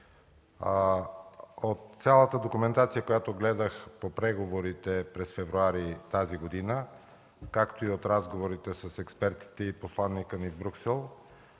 от цялата документация, която гледах, по преговорите през февруари тази година, както и от разговорите с експертите и посланика ни в Брюксел,